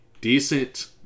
decent